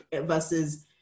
versus